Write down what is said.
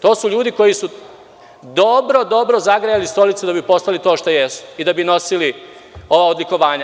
To su ljudi koji su dobro zagrejali stolicu da bi postali to što jesu i da bi nosili ova odlikovanja.